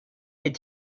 est